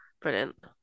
Brilliant